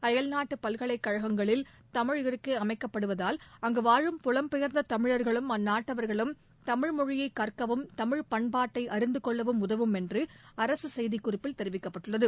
அயல்நாட்டு பல்கலைக்கழகங்களில் தமிழ் இருக்கை அமைக்கப்படுவதால் அங்கு வாழும் புவம்பெயர்ந்த தமிழர்களும் அந்நாட்டவர்களும் தமிழ் மொழியை கற்கவும் தமிழ் பண்பாட்டை அறிந்து கொள்ளவும் உதவும் என்று அரசு செய்திக்குறிப்பில் தெரிவிக்கப்பட்டுள்ளது